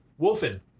Wolfen